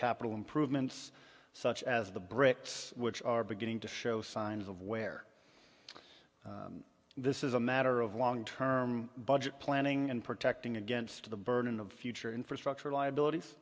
capital improvements such as the bricks which are beginning to show signs of where this is a matter of long term budget planning and protecting against the burden of future infrastructure liabilities